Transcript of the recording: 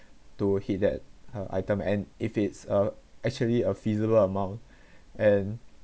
to hit that uh item and if it's a actually a feasible amount and